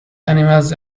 animals